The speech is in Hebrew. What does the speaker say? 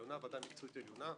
מקצועית עליונה,